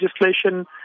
legislation